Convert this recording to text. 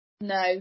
No